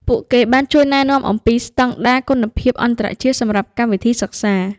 ពួកគេបានជួយណែនាំអំពីស្តង់ដារគុណភាពអន្តរជាតិសម្រាប់កម្មវិធីសិក្សា។